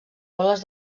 boles